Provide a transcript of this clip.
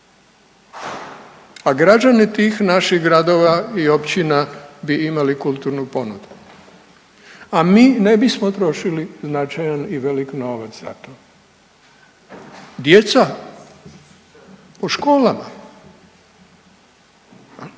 a građani tih naših gradova i općina bi imali kulturnu ponudu, a mi ne bismo trošili značajan i velik novac za to. Djeca u školama